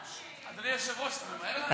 אדוני היושב-ראש, אתה ממהר לאנשהו?